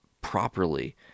properly